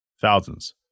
Thousands